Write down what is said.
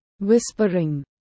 Whispering